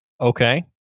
Okay